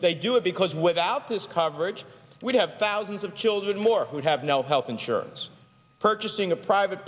they do it because without this coverage we'd have thousands of children more would have no health insurance purchasing a private